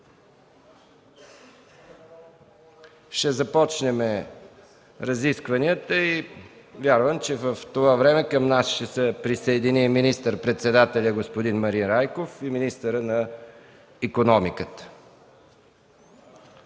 Ще започнем разискванията. Вярвам, че в това време към нас ще се присъединят министър-председателят господин Марин Райков и министърът на икономиката,